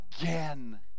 again